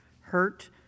hurt